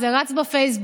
זה רץ בפייסבוק.